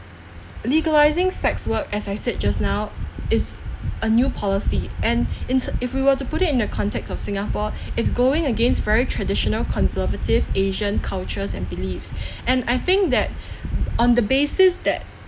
legalising sex work as I said just now is a new policy and in the if we were to put it in the context of singapore it's going against very traditional conservative asian cultures and beliefs and I think that on the basis that